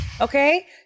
okay